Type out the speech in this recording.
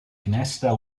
finestra